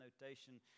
notation